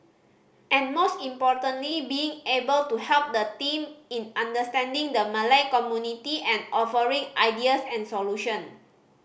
and most importantly being able to help the team in understanding the Malay community and offering ideas and solution